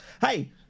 Hey